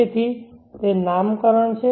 તેથી તે નામકરણ છે